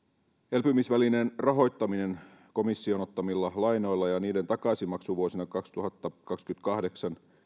elpymisvälineen rahoittaminen komission ottamilla lainoilla ja niiden takaisinmaksu vuosina kaksituhattakaksikymmentäkahdeksan